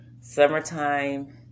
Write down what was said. summertime